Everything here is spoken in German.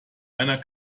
einer